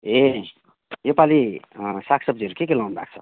ए योपालि साग सब्जीहरू के के लाउनुभएको छ